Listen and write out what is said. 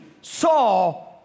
saw